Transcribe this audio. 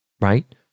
Right